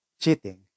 cheating